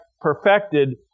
perfected